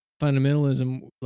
fundamentalism